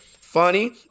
funny